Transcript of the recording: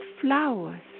flowers